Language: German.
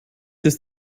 ist